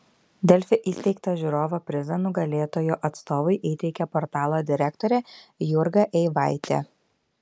delfi įsteigtą žiūrovo prizą nugalėtojo atstovui įteikė portalo direktorė jurga eivaitė